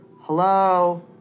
Hello